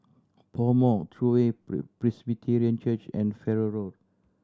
PoMo True Way Presbyterian Church and Farrer Road